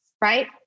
Right